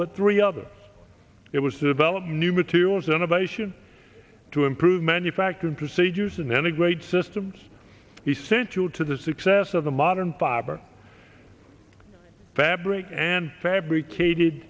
but three other it was develop new materials innovation to improve manufacturing procedures and then a great systems essential to the success of the modern fiber fabric and fabricated